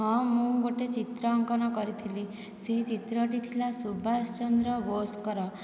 ହଁ ମୁଁ ଗୋଟିଏ ଚିତ୍ର ଅଙ୍କନ କରିଥିଲି ସେ ଚିତ୍ରଟି ଥିଲା ସୁଭାଷ ଚନ୍ଦ୍ର ବୋଷଙ୍କର